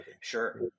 Sure